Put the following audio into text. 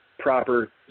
proper